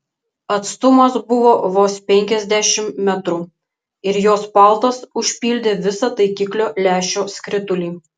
atstumas buvo vos penkiasdešimt metrų ir jos paltas užpildė visą taikiklio lęšio skritulį